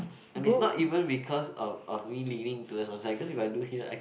and is not even because of of we leaning towards was like cause if I do here I